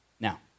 Now